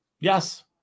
Yes